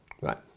Right